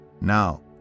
Now